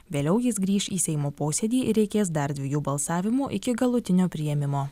vėliau jis grįš į seimo posėdį reikės dar dviejų balsavimų iki galutinio priėmimo